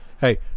Hey